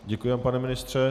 Děkuji vám, pane ministře.